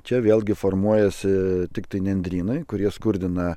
čia vėlgi formuojasi tiktai nendrynai kurie skurdina